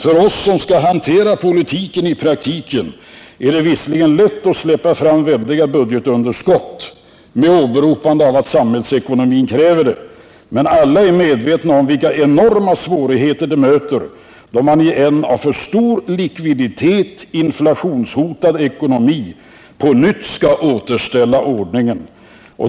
För oss som skall hantera politiken i praktiken är det visserligen lätt att släppa fram väldiga budgetunderskott med åberopande av att samhällsekonomin kräver det, men alla är medvetna om vilka enorma svårigheter det möter, då man i en av för stor likviditet inflationshotad ekonomi på nytt skall återställa ordningen.